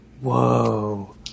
Whoa